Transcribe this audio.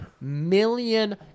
million